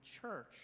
church